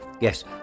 Yes